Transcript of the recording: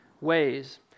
ways